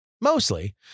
Mostly